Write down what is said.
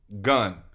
gun